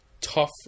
Tough